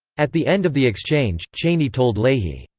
at the end of the exchange, cheney told leahy,